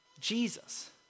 Jesus